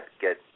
get